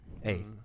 Hey